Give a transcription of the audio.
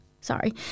sorry